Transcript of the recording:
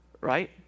Right